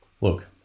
Look